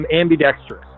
ambidextrous